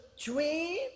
dream